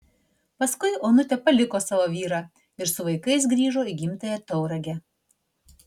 paskui onutė paliko savo vyrą ir su vaikais grįžo į gimtąją tauragę